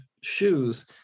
shoes